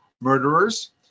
murderers